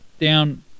down